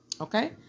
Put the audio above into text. Okay